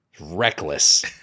Reckless